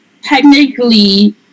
technically